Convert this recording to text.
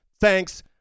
Thanks